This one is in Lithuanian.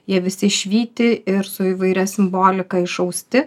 jie visi švyti ir su įvairia simbolika išausti